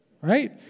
right